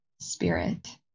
spirit